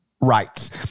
rights